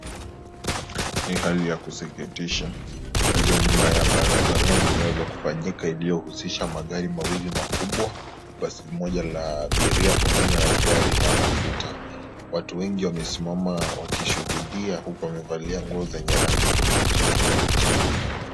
NI hakinya kusititisha ajali mbaya barabarani imeweza kufanyika iliyohusisha magari makubwa mawili ,basi moja la abiria pamoja na gari la mafuta. Watu wengi wamesimama wakishuhudia wakiwa wamevalia nguo zenye rangi tofauti tofauti.